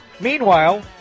Meanwhile